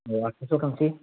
औ आदथासोयाव थांसै